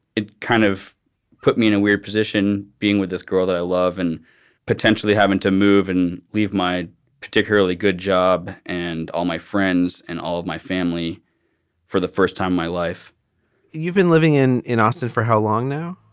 it kind of put me in a weird position being with this girl that i love and potentially having to move and leave my particularly good job and all my friends and all of my family for the first time my life you've been living in in austin for how long now?